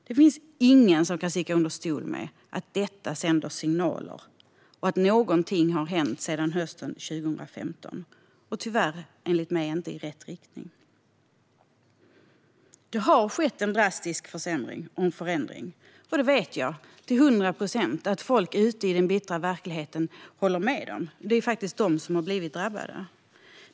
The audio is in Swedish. Det finns ingen som kan sticka under stol med att detta sänder signaler och att någonting har hänt sedan hösten 2015, enligt mig tyvärr inte i rätt riktning. Det har skett en drastisk försämring och förändring. Det vet jag till hundra procent att folk ute i den bittra verkligheten håller med om. Det är faktiskt de som har blivit drabbade.